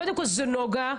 קודם כל זו נגה,